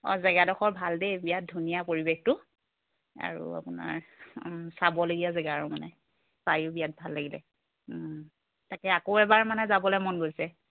অঁ জেগাডোখৰ ভাল দেই বিৰাট ধুনীয়া পৰিৱেশটো আৰু আপোনাৰ চাবলগীয়া জেগা আৰু মানে চায়ো বিৰাট ভাল লাগিলে তাকে আকৌ এবাৰ মানে যাবলৈ মন গৈছে